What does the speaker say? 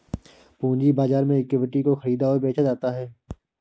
पूंजी बाजार में इक्विटी को ख़रीदा और बेचा जाता है